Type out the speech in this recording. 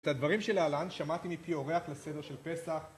את הדברים שלהלן שמעתי מפי אורח לסדר של פסח